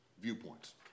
viewpoints